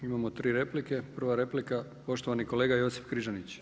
Imamo tri replike prva replika poštovani kolega Josip Križanić.